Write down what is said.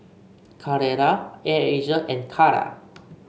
Carrera Air Asia and Kara